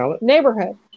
neighborhood